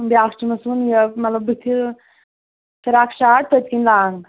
بیٛاکھ چھُ مےٚ سُوُن یہِ مطلب بٕتھِ فراک شاٹ پٔتھۍ کِنۍ لانٛگ